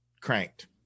cranked